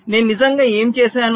నేను నిజంగా ఏమి చేసాను